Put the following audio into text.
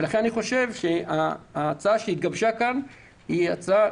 לכן אני סבור שההצעה שהתגבשה כאן היא סבירה.